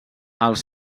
els